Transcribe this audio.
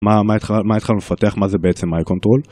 מה התחלנו לפתח, מה זה בעצם מייקונטרול?